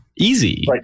Easy